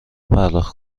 پرداخت